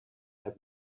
have